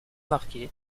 marqué